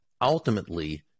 ultimately